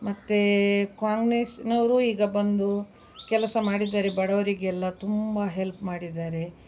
ಮತ್ತು ಕಾಂಗ್ನೇಸ್ನವ್ರು ಈಗ ಬಂದು ಕೆಲಸ ಮಾಡಿದ್ದಾರೆ ಬಡವರಿಗೆಲ್ಲ ತುಂಬ ಹೆಲ್ಪ್ ಮಾಡಿದ್ದಾರೆ